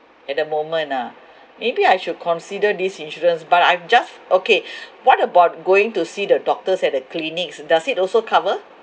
at the moment lah maybe I should consider this insurance but I've just okay what about going to see the doctors at the clinics does it also cover